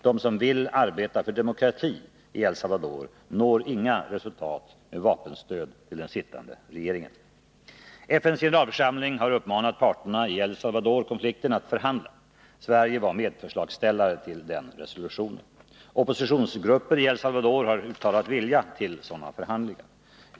De som vill arbeta för demokrati i El Salvador når inga resultat med vapenstöd till den sittande regeringen. FN:s generalförsamling har uppmanat parterna i El Salvador-konflikten att förhandla. Sverige var medförslagsställare beträffande denna resolution. Oppositionsgrupper i El Salvador har uttalat vilja till sådana förhandlingar.